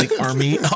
army